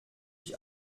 ich